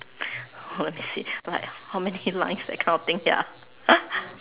wanna see but like how many lines that kind of thing ya